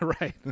Right